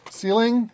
ceiling